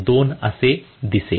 2 असे दिसेल